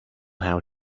how